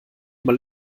mal